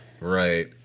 Right